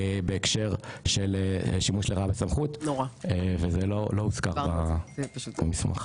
בהקשר של שימוש לרעה בסמכות, וזה לא הוזכר במסמך.